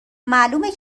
معلومه